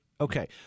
Okay